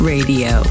Radio